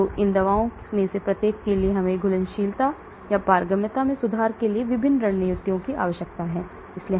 तो इन दवाओं में से प्रत्येक के लिए हमें घुलनशीलता या पारगम्यता में सुधार के लिए विभिन्न रणनीतियों की आवश्यकता हो सकती है